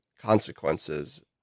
consequences